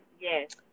Yes